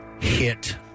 hit